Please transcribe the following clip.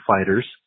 Fighters